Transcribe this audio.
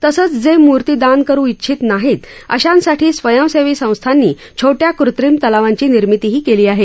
तसंच जे मूर्ती दान करू इच्छित नाहीत अशांसाठी स्वयंसेवी संस्थांनी छोट्या कृत्रीम तलावांची निर्मितीही केली आहे